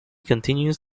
continues